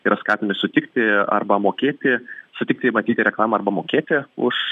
yra skatinami sutikti arba mokėti sutikti matyti reklamą arba mokėti už